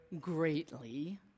greatly